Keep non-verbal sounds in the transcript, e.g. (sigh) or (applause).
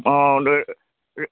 অঁ (unintelligible)